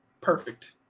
Perfect